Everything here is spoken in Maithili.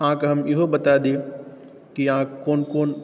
अहाँके हम ईहो बता दी कि अहाँ कोन कोन